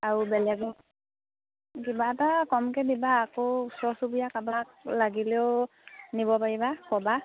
আৰু বেলেগৰ কিবা এটা কমকৈ দিবা আকৌ ওচৰ চুবুৰীয়া কাৰোবাক লাগিলেও নিব পাৰিবা ক'বা